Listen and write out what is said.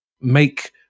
make